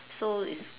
so it's